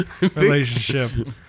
relationship